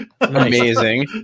Amazing